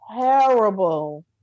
terrible